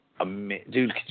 Dude